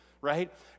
right